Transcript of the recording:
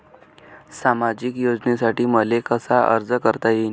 सामाजिक योजनेसाठी मले कसा अर्ज करता येईन?